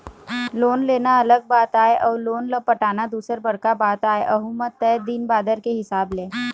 loan लेना अलग बात आय अउ लोन ल पटाना दूसर बड़का बात आय अहूँ म तय दिन बादर के हिसाब ले